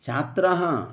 छात्राः